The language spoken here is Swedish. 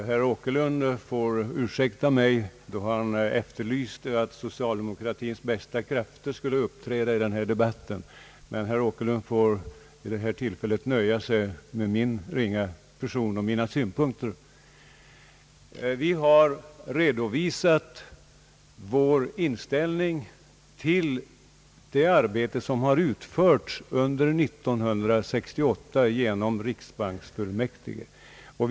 Herr talman! Herr Åkerlund efterlyste socialdemokratins bästa krafter i denna debatt. Men herr Åkerlund får ursäkta, om han vid detta tillfälle måste nöja sig med min ringa person och med mina synpunkter. Vi har redovisat vår inställning till det arbete som riksbanksfullmäktige utfört under 1968.